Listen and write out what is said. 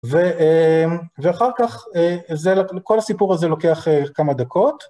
ואחר כך, כל הסיפור הזה לוקח כמה דקות.